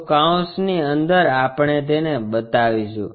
તો કૌંસની અંદર આપણે તેને બતાવીશું